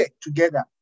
together